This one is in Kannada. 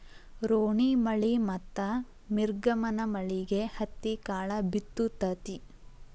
ರೋಣಿಮಳಿ ಮತ್ತ ಮಿರ್ಗನಮಳಿಗೆ ಹತ್ತಿಕಾಳ ಬಿತ್ತು ತತಿ